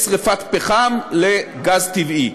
משרפת פחם לגז טבעי.